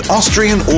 Austrian